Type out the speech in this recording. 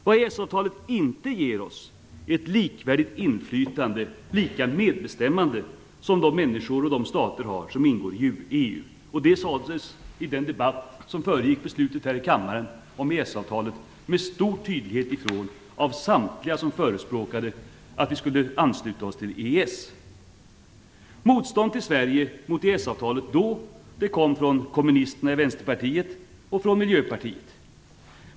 Vad EES-avtalet inte ger oss är ett likvärdigt inflytande och lika medbestämmande, som de människor och de stater har som ingår i EU. I den debatt om EES-avtalet som föregick beslutet här i kammaren sades det med stor tydlighet ifrån av samtliga som förespråkade detta att vi skulle ansluta oss till EES. Motstånd mot EES-avtalet i Sverige kom då från kommunisterna i Vänsterpartiet och från Miljöpartiet.